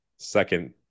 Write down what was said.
second